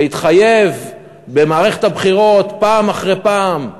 להתחייב במערכת הבחירות פעם אחרי פעם,